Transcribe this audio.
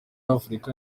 afurika